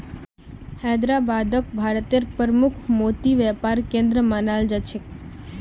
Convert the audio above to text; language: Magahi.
हैदराबादक भारतेर प्रमुख मोती व्यापार केंद्र मानाल जा छेक